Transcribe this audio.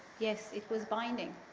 yes, it was binding.